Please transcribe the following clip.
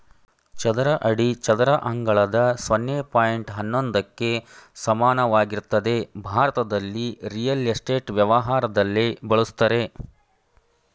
ಚದರ ಅಡಿ ಚದರ ಅಂಗಳದ ಸೊನ್ನೆ ಪಾಯಿಂಟ್ ಹನ್ನೊಂದಕ್ಕೆ ಸಮಾನವಾಗಿರ್ತದೆ ಭಾರತದಲ್ಲಿ ರಿಯಲ್ ಎಸ್ಟೇಟ್ ವ್ಯವಹಾರದಲ್ಲಿ ಬಳುಸ್ತರೆ